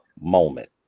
moment